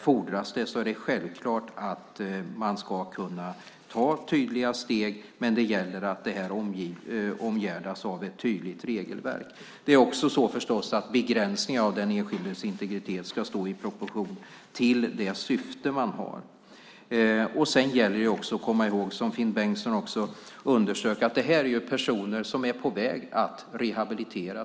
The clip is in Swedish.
Fordras det är det självklart att man ska kunna ta tydliga steg, men det gäller att det här omgärdas av ett tydligt regelverk. Det är förstås också så att begränsningen av den enskildes integritet ska stå i proportion till det syfte man har. Sedan gäller det också att komma ihåg, som Finn Bengtsson också underströk, att det här ju är personer som är på väg att rehabiliteras.